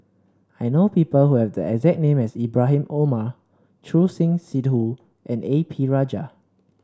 I know people who have the exact name as Ibrahim Omar Choor Singh Sidhu and A P Rajah